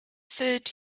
third